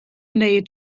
wneud